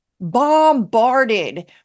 bombarded